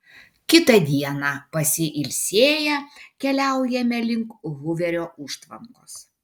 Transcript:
kitą dieną pasiilsėję keliaujame link huverio užtvankos